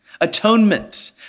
atonement